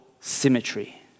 symmetry